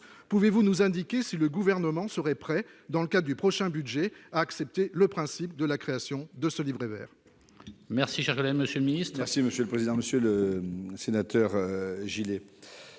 pouvez-vous nous indiquer si le Gouvernement est prêt dans le cadre du prochain projet de budget à accepter le principe de la création de ce livret vert ?